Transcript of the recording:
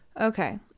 Okay